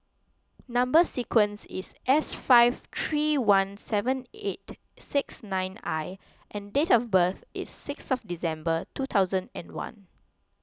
Number Sequence is S five three one seven eight six nine I and date of birth is six of December two thousand and one